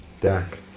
Dak